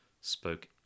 spoke